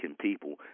people